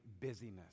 busyness